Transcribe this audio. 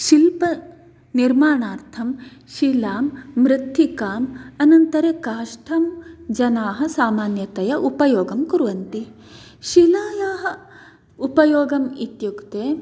शिल्पनिर्माणार्थं शिलां मृतिकां अनन्तरं काष्ठं जनाः सामान्यतया उपयोगं कुर्वन्ति शिलायाः उपयोगम् इत्युक्ते